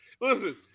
Listen